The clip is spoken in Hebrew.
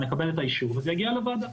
נקבל את האישור וזה יגיע לוועדה.